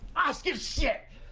oscar shit!